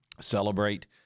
celebrate